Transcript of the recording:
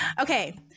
Okay